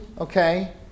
okay